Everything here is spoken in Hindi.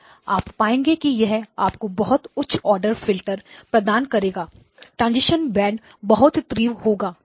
आप पाएंगे कि यह आपको बहुत उच्च ऑर्डर फिल्टर प्रदान करेगा ट्रांजीशन बैंड बहुत तीव्र होगा